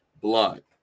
blood